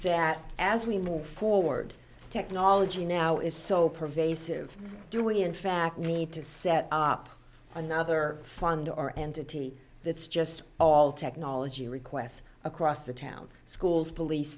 that as we move forward technology now is so pervasive do we in fact need to set up another fund or entity that's just all technology requests across the town schools